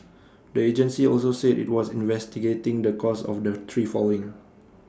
the agency also said IT was investigating the cause of the tree falling